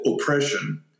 oppression